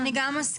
אני גם מסכימה.